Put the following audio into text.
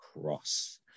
cross